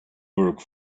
work